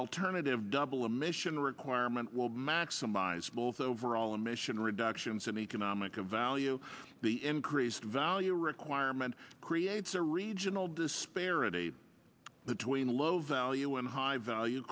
alternative double a mission requirement will maximize both overall emission reductions in economic value the increased value requirement creates a regional disparity between low value and high value